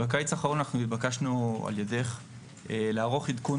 בקיץ האחרון אנחנו נתבקשנו על-ידך לערוך עדכון